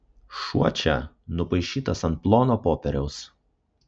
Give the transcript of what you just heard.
šuo čia nupaišytas ant plono popieriaus